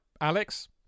Alex